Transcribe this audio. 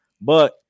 But-